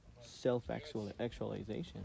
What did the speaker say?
self-actualization